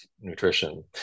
nutrition